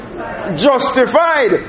justified